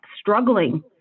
struggling